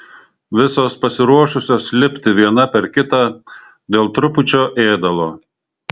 visos pasiruošusios lipti viena per kitą dėl trupučio ėdalo